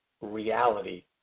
reality